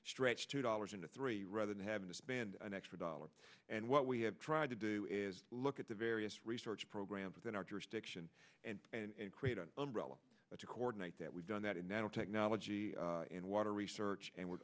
stretch two dollars into three rather than having to spend an extra dollar and what we have tried to do is look at the various research programs within our jurisdiction and create an umbrella to coordinate that we've done that in nanotechnology in water research and we're